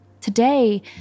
Today